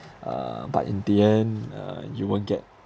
uh but in the end uh you won't get